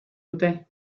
dute